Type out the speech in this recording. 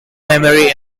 memory